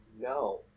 No